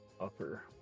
Upper